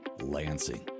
Lansing